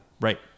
right